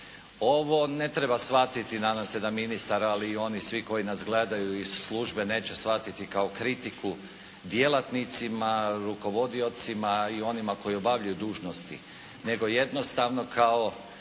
Ovo ne treba shvatiti nadam se da ministar, ali i oni svi koji nas gledaju iz službe neće shvatiti kao kritiku djelatnicima, rukovodiocima i onima koji obavljaju dužnosti. Nego jednostavno kao